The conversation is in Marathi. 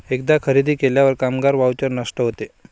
एकदा खरेदी केल्यावर कामगार व्हाउचर नष्ट होते